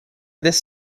this